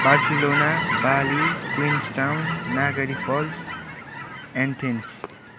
Barcelona Bali Queenstown Niagara Falls Athens